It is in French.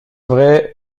vrai